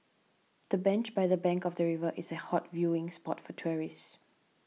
the bench by the bank of the river is a hot viewing spot for tourists